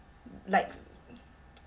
like